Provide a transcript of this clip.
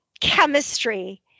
chemistry